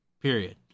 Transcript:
Period